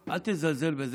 אל תזלזל בזה,